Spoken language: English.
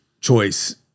choice